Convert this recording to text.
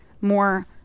more